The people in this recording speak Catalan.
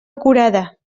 acurada